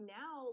now